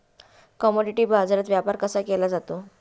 Commodity बाजारात व्यापार कसा केला जातो?